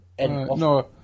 No